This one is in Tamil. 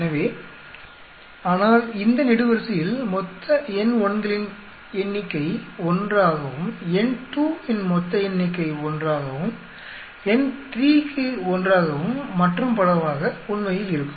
எனவே ஆனால் இந்த நெடுவரிசையில் மொத்த N1 களின் எண்ணிக்கை 1 ஆகவும் N2 இன் மொத்த எண்ணிக்கை 1 ஆகவும் N3க்கு 1 ஆகவும் மற்றும் பலவாக உண்மையில் இருக்கும்